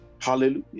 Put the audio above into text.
hallelujah